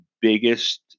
biggest